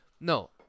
no